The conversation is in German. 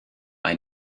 ein